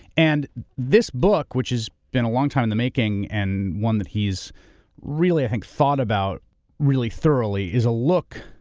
and this book, which has been a long time in the making and one that he's really, i think thought about really thoroughly is a look,